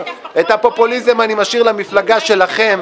את הפופוליזם אני משאיר למפלגה שלכם.